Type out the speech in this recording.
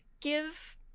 give